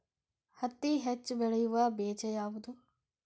ಹತ್ತಿ ಹೆಚ್ಚ ಬೆಳೆಯುವ ಬೇಜ ಯಾವುದು?